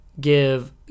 give